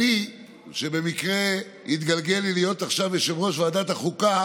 אבל אם אתה משווה עם מדינות רבות אתה רואה שהמספר יחסית נמוך,